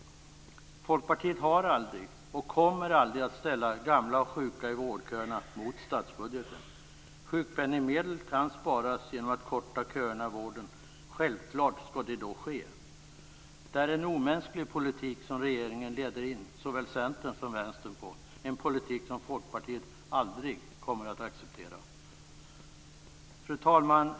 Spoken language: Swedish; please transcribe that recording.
Folkpartiet har aldrig och kommer aldrig att ställa gamla och sjuka i vårdköerna mot statsbudgeten. Sjukpenningsmedel kan sparas genom att korta köerna i vården. Självklart skall detta ske. Det är en omänsklig politik som regeringen leder in såväl Centern som Vänstern på, en politik som Folkpartiet aldrig kommer att acceptera. Fru talman!